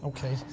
Okay